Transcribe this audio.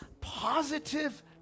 positive